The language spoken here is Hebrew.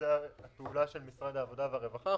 זו פעולה של משרד העבודה והרווחה.